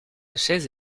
chaise